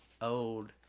old